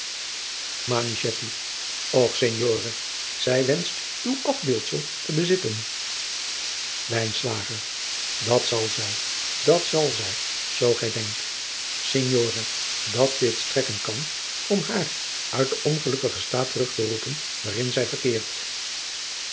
och signore zij wenscht uw afbeeldfel te bezitten lijnslager dat zal zij dat zal zij zoo gij denkt signore dat dit strekken kan om haar uit den ongelukkigen staat terug te roepen waarin zij verkeert